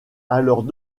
alors